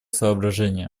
соображения